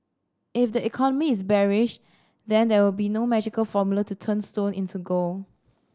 if the economy is bearish then there would be no magical formula to turn stone into gold